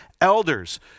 Elders